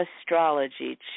astrology